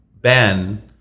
Ben